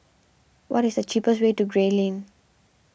what is the cheapest way to Gray Lane